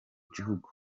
gihugu